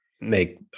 make